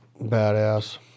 Badass